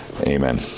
Amen